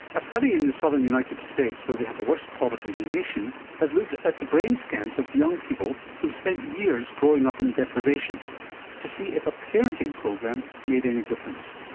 a study in the southern united states where they have the worst poverty in the nation has looked at the brain scans of young people who have spent years growing up in deprivation to see if a parenting program made any difference.